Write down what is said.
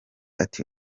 ati